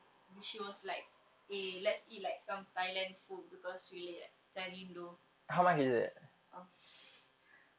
which she was like eh let's eat like some thailand food because we like macam rindu oh